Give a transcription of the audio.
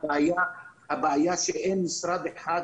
הבעיה שאין משרד אחד,